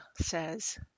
says